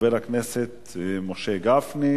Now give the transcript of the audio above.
חוק ומשפט להכנתה לקריאה